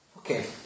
Okay